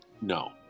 No